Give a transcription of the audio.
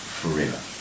forever